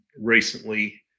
recently